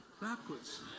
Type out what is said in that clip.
backwards